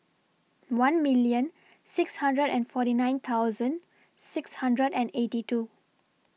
one million six hundred and forty nine thousand six hundred and eighty two